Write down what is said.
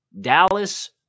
Dallas